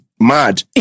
mad